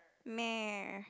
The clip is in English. mare